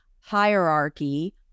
hierarchy